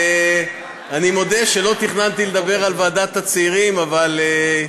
אני מודה שלא תכננתי לדבר על ועדת הצעירים, אבל,